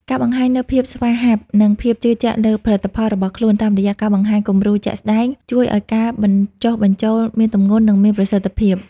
ការបង្ហាញនូវភាពស្វាហាប់ និងភាពជឿជាក់លើផលិតផលរបស់ខ្លួន តាមរយៈការបង្ហាញគំរូជាក់ស្ដែង ជួយឱ្យការបញ្ចុះបញ្ចូលមានទម្ងន់ និងមានប្រសិទ្ធភាព។